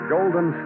Golden